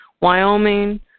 Wyoming